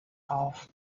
auf